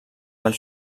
del